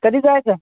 कधी जायचं